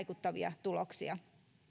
vaikuttavia tuloksia